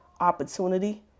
opportunity